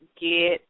get